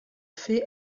fer